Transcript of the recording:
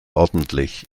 ordentlich